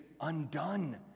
undone